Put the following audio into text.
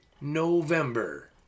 november